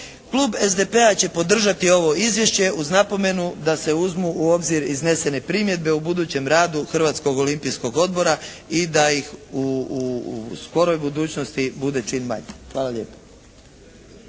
klub SDP-a će podržati ovo izvješće uz napomenu da se uzmu u obzir iznesene primjedbe u budućem radu Hrvatskog olimpijskog odbora i da ih u skoroj budućnosti bude čim manje. Hvala lijepo.